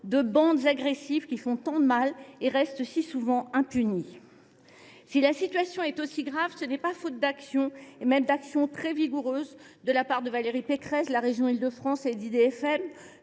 des bandes agressives, qui font tant de mal et restent si souvent impunis. Si la situation est aussi grave, ce n’est pas faute d’actions, et même d’actions très vigoureuses, de la part de Valérie Pécresse, de la région Île de France, d’IDFM,